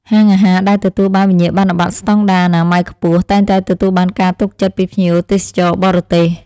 ហាងអាហារដែលទទួលបានវិញ្ញាបនបត្រស្តង់ដារអនាម័យខ្ពស់តែងតែទទួលបានការទុកចិត្តពីភ្ញៀវទេសចរបរទេស។